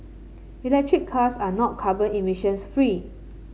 electric cars are not carbon emissions free